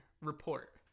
Report